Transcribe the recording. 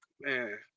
Man